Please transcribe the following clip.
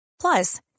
Plus